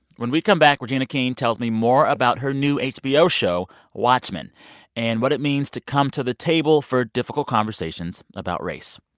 when we come back, regina king tells me more about her new hbo show watchmen and what it means to come to the table for difficult conversations about race.